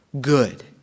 good